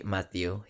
Matthew